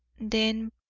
then